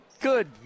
good